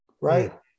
right